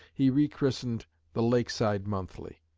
he rechristened the lakeside monthly.